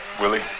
Willie